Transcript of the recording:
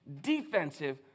defensive